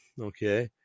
Okay